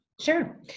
Sure